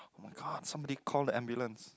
oh-my-god somebody call the ambulance